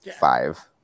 five